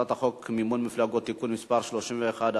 הצעת חוק מימון מפלגות (תיקון מס' 31),